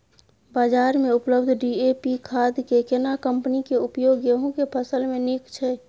बाजार में उपलब्ध डी.ए.पी खाद के केना कम्पनी के उपयोग गेहूं के फसल में नीक छैय?